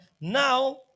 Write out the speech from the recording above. Now